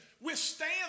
withstand